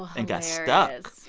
and got stuck.